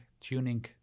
tuning